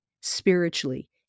spiritually